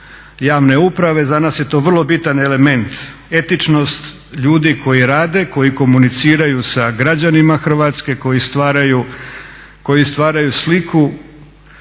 javne uprave. Za nas je to vrlo bitan element, etičnost ljudi koji rade, koji komuniciraju sa građanima Hrvatske, koji stvaraju sliku